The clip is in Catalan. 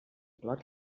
clot